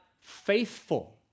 faithful